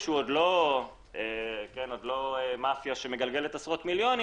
עוד לא מאפיה שמגלגלת עשרות מיליונים,